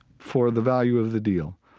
for the value of the deal.